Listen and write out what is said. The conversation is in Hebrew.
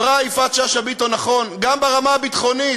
אמרה יפעת שאשא ביטון נכון: גם ברמה הביטחונית.